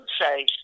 say